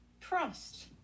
trust